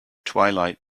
twilight